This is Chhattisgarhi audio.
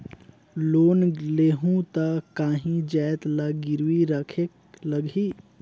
लोन लेहूं ता काहीं जाएत ला गिरवी रखेक लगही?